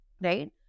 right